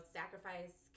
sacrifice